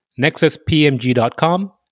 nexuspmg.com